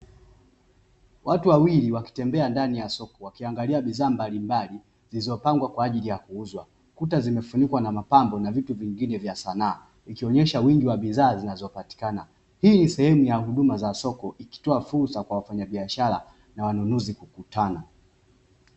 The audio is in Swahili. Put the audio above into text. Watu wawili wakitembea ndani ya soko wakiangalia bidhaa mbalimbali, zilizopangwa kwa ajili ya kuuzwa. Kuta zimefunikwa kwa mapambo na vitu vingine vya sanaa, ikionyesha wingi wa bidhaa zinazopatikana. Hii ni sehemu ya huduma za soko ikitoa fursa ya wafanyabiashara na wanunuzi kukutana.